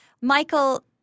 Michael